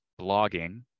blogging